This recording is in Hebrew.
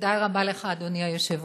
תודה רבה לך, אדוני היושב-ראש.